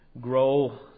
grow